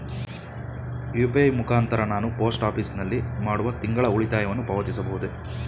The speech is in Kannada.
ಯು.ಪಿ.ಐ ಮುಖಾಂತರ ನಾನು ಪೋಸ್ಟ್ ಆಫೀಸ್ ನಲ್ಲಿ ಮಾಡುವ ತಿಂಗಳ ಉಳಿತಾಯವನ್ನು ಪಾವತಿಸಬಹುದೇ?